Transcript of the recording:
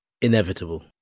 inevitable